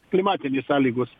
klimatinės sąlygos